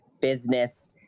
business